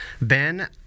Ben